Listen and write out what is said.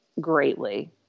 greatly